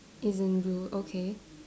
it's in blue okay